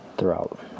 Throughout